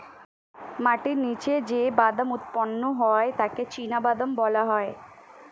মাটির নিচে যে বাদাম উৎপন্ন হয় তাকে চিনাবাদাম বলা হয়